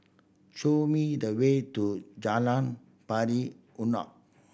show me the way to Jalan Pari Unak